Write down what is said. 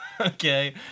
Okay